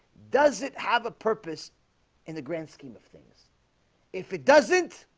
does it have a purpose in the grand scheme of things if it doesn't?